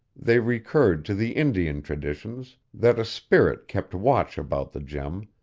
they recurred to the indian traditions that a spirit kept watch about the gem,